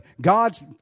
God's